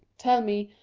tell me,